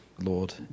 Lord